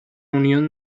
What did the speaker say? unión